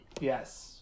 Yes